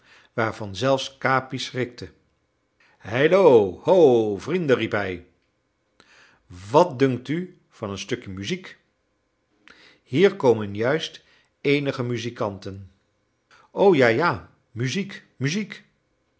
waarvan zelfs capi schrikte heilo ho vrienden riep hij wat dunkt u van een stukje muziek hier komen juist eenige muzikanten o ja ja muziek muziek